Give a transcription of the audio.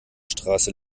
straße